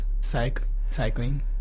cycling